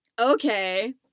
okay